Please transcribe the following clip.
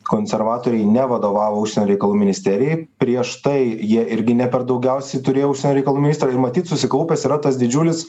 konservatoriai ne vadovavo užsienio reikalų ministerijai prieš tai jie irgi ne per daugiausiai turėjo užsienio reikalų ministrą ir matyt susikaupęs yra tas didžiulis